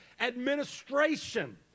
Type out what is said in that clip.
administration